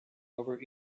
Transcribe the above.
over